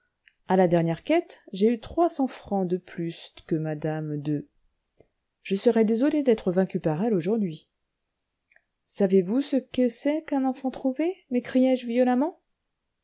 à la dernière quête j'ai eu trois cents francs de plus que madame de je serais désolée d'être vaincue par elle aujourd'hui savez-vous ce que c'est qu'un enfant trouvé m'écriai-je violemment